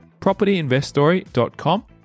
propertyinveststory.com